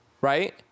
right